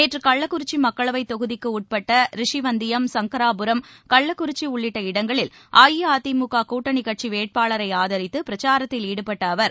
நேற்று கள்ளக்குறிச்சி மக்களவைத் தொகுதிக்கு உட்பட்ட ரிஷிவந்தயம் சங்கராபுரம் கள்ளக்குறிச்சி உள்ளிட்ட இடங்களில் அஇஅதிமுக கூட்டணி கட்சி வேட்பாளரை ஆதரித்து பிரச்சாரத்தில் ஈடுபட்ட அவர்